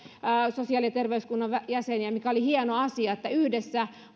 sosiaali ja terveysvaliokunnan jäseniä ja oli hieno asia että yhdessä